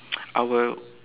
I will